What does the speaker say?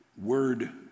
Word